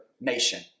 nation